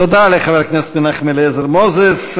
תודה לחבר הכנסת מנחם אליעזר מוזס.